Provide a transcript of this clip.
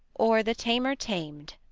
or the tamer tam'd.